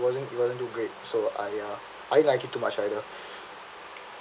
wasn't it wasn't too great so I uh I didn't like it too much either